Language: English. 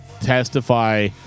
Testify